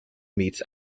meets